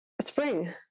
spring